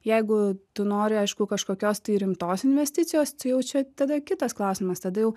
jeigu tu nori aišku kažkokios tai rimtos investicijos tai jau čia tada kitas klausimas tada jau